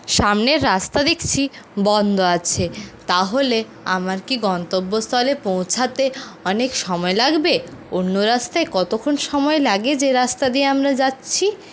সামনের রাস্তা দেখছি বন্ধ আছে তাহলে আমার কি গন্তব্যস্থলে পৌঁছাতে আমার অনেক সময় লাগবে অন্য রাস্তায় কতক্ষণ সময় লাগে যে রাস্তা দিয়ে আমরা যাচ্ছি